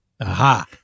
Aha